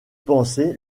pensée